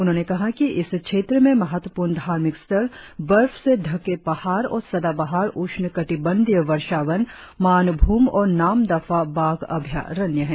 उन्होंने कहा कि इस क्षेत्र में महत्वपूर्ण धार्मिक स्थल बर्फ से ढके पहाड़ और सदाबहार उष्णकटिबंधीय वर्षा वन मानभूम और नामदफा बाघ अभयारण्य है